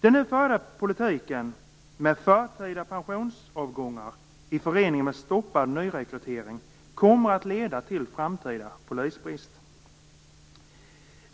Den nu förda politiken med förtida pensionsavgångar i förening med stoppad nyrekrytering kommer att leda till framtida polisbrist.